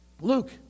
Luke